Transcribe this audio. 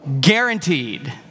Guaranteed